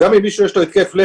גם אם מישהו יש לו התקף לב,